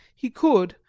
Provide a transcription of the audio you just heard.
he could,